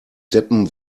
deppen